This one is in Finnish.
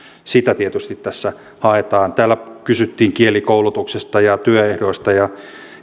sitä tietysti tässä haetaan täällä kysyttiin kielikoulutuksesta ja työehdoista ja